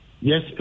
Yes